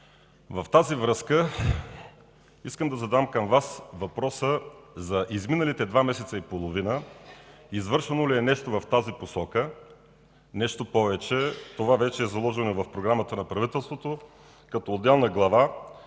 В тази връзка искам да задам към Вас следния въпрос: за изминалите два месеца и половина извършвано ли е нещо в тази посока? Нещо повече, това вече е заложено и в Програмата на правителството като отделна глава